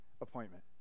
appointment